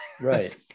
Right